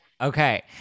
Okay